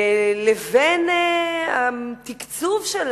לבין התקצוב של